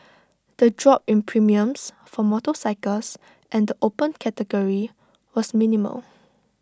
the drop in premiums for motorcycles and the open category was minimal